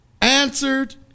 answered